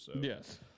Yes